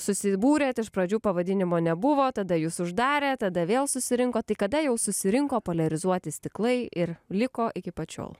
susibūrėt iš pradžių pavadinimo nebuvo tada jus uždarė tada vėl susirinkot tai kada jau susirinko poliarizuoti stiklai ir liko iki pat šiol